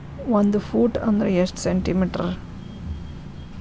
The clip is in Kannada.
ಒಂದು ಫೂಟ್ ಅಂದ್ರ ಎಷ್ಟು ಸೆಂಟಿ ಮೇಟರ್?